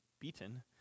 beaten